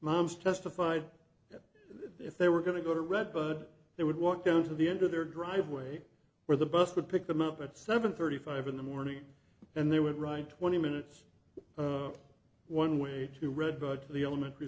moms testified if they were going to go to red but they would walk down to the end of their driveway where the bus would pick them up at seven thirty five in the morning and they would ride twenty minutes one way to redbud to the elementary